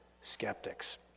skeptics